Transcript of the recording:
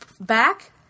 back